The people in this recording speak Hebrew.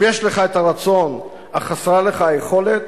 אם יש לך הרצון אך חסרה לך היכולת,